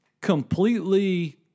completely